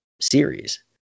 series